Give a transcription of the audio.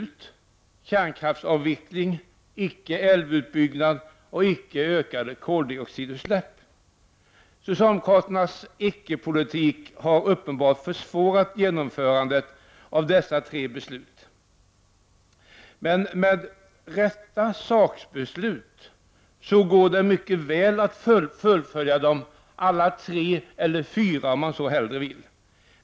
Debatten handlar om kärnkraftsavveckling, icke-älvutbyggnad och icke-ökade koldioxidutsläpp. Socialdemokraternas icke-politik har uppenbart försvårat genomförandet av dessa tre beslut, men med de rätta sakbesluten går det mycket väl att fullfölja dem alla tre — eller alla fyra, om man så vill.